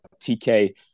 TK